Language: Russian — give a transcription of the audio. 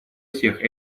всех